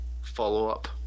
follow-up